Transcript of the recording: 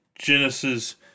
Genesis